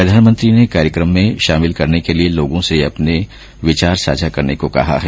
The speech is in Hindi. प्रधानमंत्री ने कार्यकम में शामिल करने के लिए लोगों से उनके विचार साझा करने को कहा है